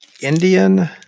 Indian